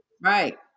right